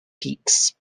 peaks